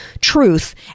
truth